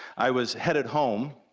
i was headed home